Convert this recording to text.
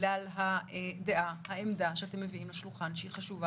בגלל הדעה והעמדה שאתם מביאים לשולחן שהיא חשובה